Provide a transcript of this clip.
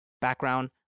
background